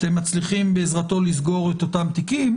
אתם מצליחים בעזרתו לסגור את אותם תיקים.